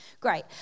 Great